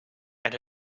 and